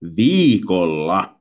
viikolla